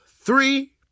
three